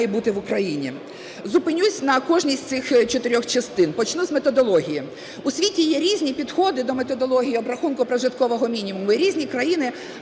реального, який має бути в Україні. Зупинюсь на кожній з цих чотирьох частин. Почну з методології. У світі є різні підходи до методології обрахунку прожиткового мінімуму,